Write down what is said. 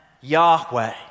Yahweh